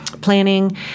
planning